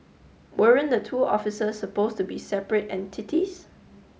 weren't the two offices supposed to be separate entities